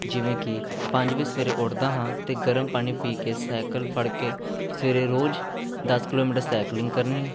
ਜਿਵੇਂ ਕਿ ਪੰਜ ਵਜੇ ਸਵੇਰੇ ਉੱਠਦਾ ਹਾਂ ਅਤੇ ਗਰਮ ਪਾਣੀ ਪੀ ਕੇ ਸਾਈਕਲ ਫੜ ਕੇ ਸਵੇਰੇ ਰੋਜ਼ ਦਸ ਕਿਲੋਮੀਟਰ ਸਾਈਕਲਿੰਗ ਕਰਨੀ